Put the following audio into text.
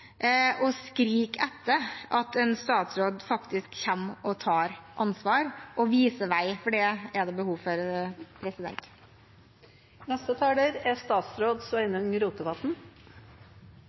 og skriker etter at en statsråd faktisk kommer og tar ansvar og viser vei, for det er det behov for.